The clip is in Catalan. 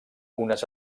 unes